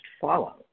follow